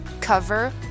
cover